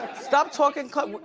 stop talking close.